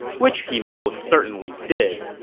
which he most certainly did.